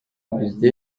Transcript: бизде